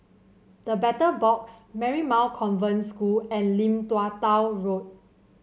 The Battle Box Marymount Convent School and Lim Tua Tow Road